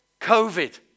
COVID